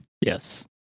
Yes